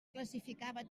classificava